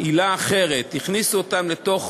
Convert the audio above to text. עילה אחרת הכניסו אותם לתוך